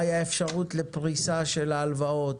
מהי האפשרות לפריסה של ההלוואות?